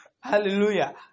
Hallelujah